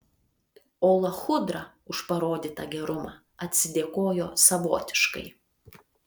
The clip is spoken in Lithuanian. o lachudra už parodytą gerumą atsidėkojo savotiškai